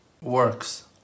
works